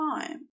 time